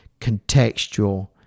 contextual